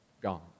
gone